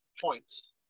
points